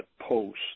post